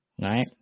right